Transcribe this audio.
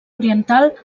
oriental